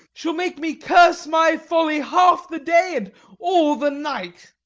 shall make me curse my folly half the day and all the night.